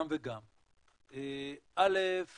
דבר ראשון,